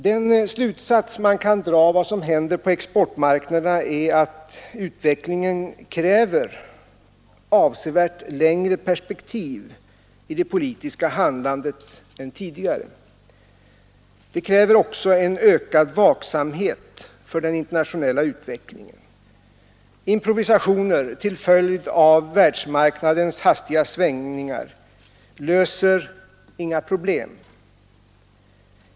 Den slutsats man kan dra av vad som händer på exportmarknaderna är att utvecklingen kräver avsevärt längre perspektiv i det politiska handlandet än tidigare. Det krävs också en ökad vaksamhet inför den internationella utvecklingen. Improvisationer till följd av världsmarknadens hastiga svängningar löser inga problem.